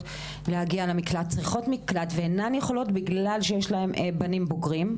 להגיע למקלט בגלל שיש להן בנים בוגרים,